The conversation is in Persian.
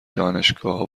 دانشگاهها